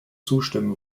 zustimmen